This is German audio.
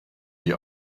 die